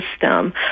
system